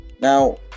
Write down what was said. now